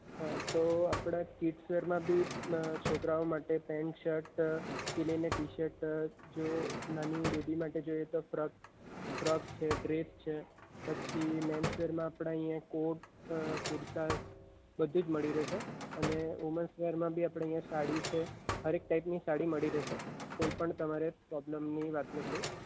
હા તો આપણે કિડ્સવેરમાં બી છોકરાઓ માટે પેન્ટ શર્ટ કીલીને ટી શર્ટ જો નાની બેબી માટે જોઈએ તો ફરક ફ્રૉક છે ડ્રેપ છે પછી મેન્સવેરમાં આપણે અહિયાં કોટ કુર્તા બધું જ મળી રહેશે અને વુમન્સવેરમાં આપણે અહીં સાડી છે હરેક ટાઇપની સાડી મળી રેહશે કોઈ પણ તમારે પ્રોબ્લમની વાત નથી